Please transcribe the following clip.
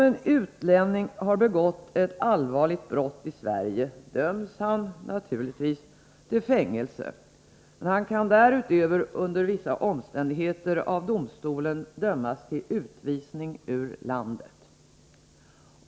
En utlänning, som har begått ett allvarligt brott i Sverige, döms naturligtvis till fängelse men kan därutöver under vissa omständigheter av domstolen dömas till utvisning ur landet.